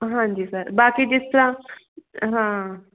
ਹਾਂਜੀ ਸਰ ਬਾਕੀ ਜਿਸ ਤਰ੍ਹਾਂ ਹਾਂ